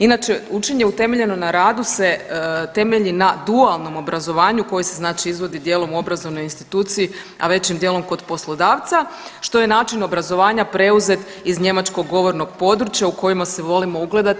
Inače učenje temeljeno na radu se temelji na dualnom obrazovanju koje se izvodi, znači dijelom u obrazovnoj instituciji a većim dijelom kod poslodavca što je način obrazovanja preuzet iz njemačkog govornog područja u kojima se volimo ugledati.